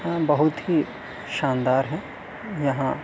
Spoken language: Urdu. بہت ہی شاندار ہے یہاں